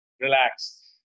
relax